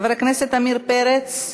חבר הכנסת עמיר פרץ,